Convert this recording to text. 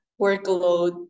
workload